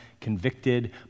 convicted